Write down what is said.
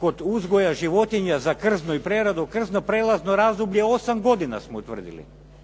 kod uzgoja životinja za krzno i preradu krzna prijelazno razdoblje 8 godina smo utvrdili.